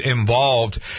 involved